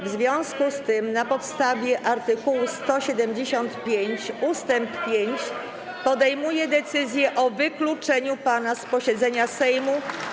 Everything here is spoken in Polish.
W związku z tym na podstawie art. 175 ust. 5 podejmuję decyzję o wykluczeniu pana z posiedzenia Sejmu.